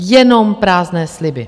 Jenom prázdné sliby.